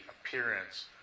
appearance